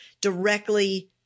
directly